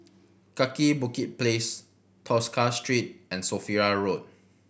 Kaki Bukit Place Tosca Street and Sophia Road